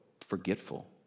forgetful